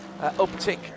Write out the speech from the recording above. uptick